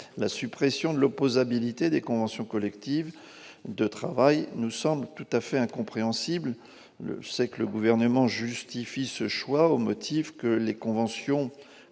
La suppression de l'opposabilité des conventions collectives de travail nous semble tout à fait incompréhensible. Je le sais, le Gouvernement justifie ce choix au motif que les conventions collectives